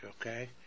okay